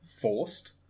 forced